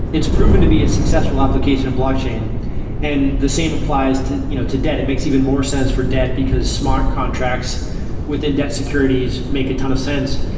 it's proven to be a successful application of blockchain, and the same applies to you know to debt. it makes even more sense for debt, because smart contracts within debt securities make a ton of sense,